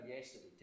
yesterday